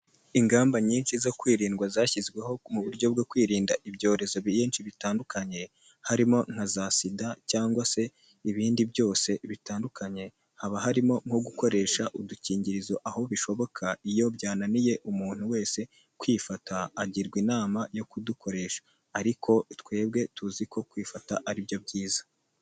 Ingamba nyinshi zo kwirindwa zashyizweho mu buryo bwo kwirinda ibyorezo byinshi bitandukanye, harimo nka za sida cyangwa se ibindi byose bitandukanye, haba harimo nko gukoresha udukingirizo aho bishoboka iyo byananiye umuntu wese kwifata, agirwa inama yo kudukoresha, ariko twebwe tuzi ko kwifata ari byo byiza.